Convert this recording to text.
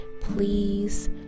please